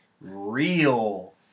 real